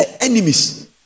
enemies